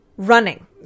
Running